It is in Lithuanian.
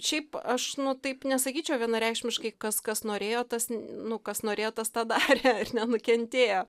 šiaip aš nu taip nesakyčiau vienareikšmiškai kas kas norėjo tas nu kas norėjo tas tą darė ir nenukentėjo